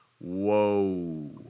whoa